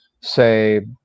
say